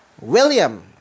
william